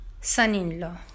son-in-law